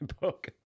book